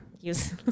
use